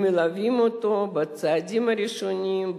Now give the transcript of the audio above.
הם מלווים אותו בצעדים הראשונים,